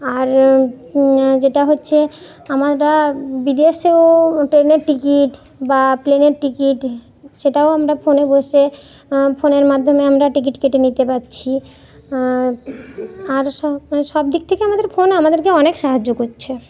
আর যেটা হচ্ছে আমরা বিদেশেও ট্রেনের টিকিট বা প্লেনের টিকিট সেটাও আমরা ফোনে বসে ফোনের মাধ্যমে আমরা টিকিট কেটে নিতে পারছি আর সব সব দিক থেকে আমাদের ফোন আমাদেরকে অনেক সাহায্য করছে